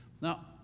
Now